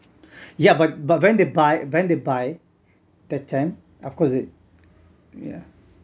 ya but but when they buy when they buy that time of course it yeah